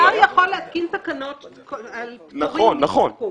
השר יכול להתקין תקנות על פטורים מתיקוף.